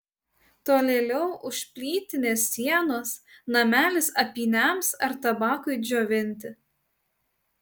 tolėliau už plytinės sienos namelis apyniams ar tabakui džiovinti